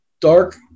dark